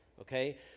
okay